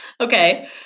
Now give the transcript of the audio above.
Okay